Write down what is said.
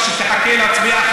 רק שתחכה להצביע.